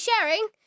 sharing